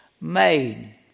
made